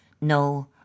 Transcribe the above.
No